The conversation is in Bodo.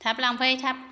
थाब लांफै थाब